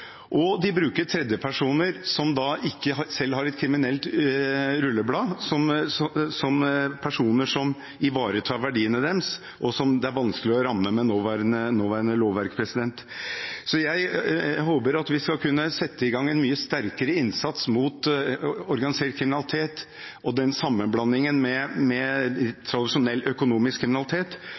hvitvasking. De bruker tredjepersoner som ikke selv har et kriminelt rulleblad, som personer som ivaretar verdiene deres, og som det er vanskelig å ramme med nåværende lovverk. Jeg håper at vi skal kunne sette i gang en mye sterkere innsats mot organisert kriminalitet og den sammenblandingen med tradisjonell økonomisk kriminalitet